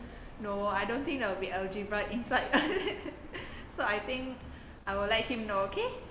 no I don't think there'll be algebra inside so I think I will let him know okay